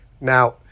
Now